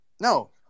No